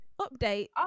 Update